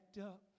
up